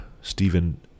Stephen